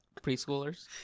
preschoolers